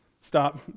Stop